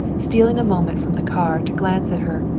stealing a moment from the car to glance at her,